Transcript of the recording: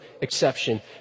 exception